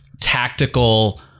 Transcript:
tactical